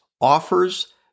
offers